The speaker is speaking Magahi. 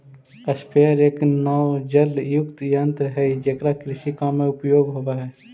स्प्रेयर एक नोजलयुक्त यन्त्र हई जेकरा कृषि काम में उपयोग होवऽ हई